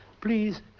Please